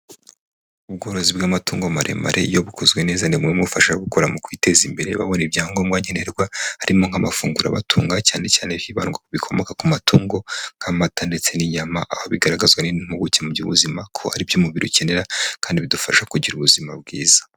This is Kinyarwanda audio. Ubworozi bw'amatungo maremare, iyo bukozwe neza ni bimwe mu bifasha ababukora mu kwiteza imbere babona ibyangombwa nkenerwa, harimo nk'amafunguro abatunga, cyane cyane hibandwa ku bikomoka ku matungo nk'amata ndetse n'inyama, aho bigaragazwa n'impuguke mu by'ubuzima, ko ari byo umubiri ukenera, kandi bidufasha kugira ubuzima bwiza.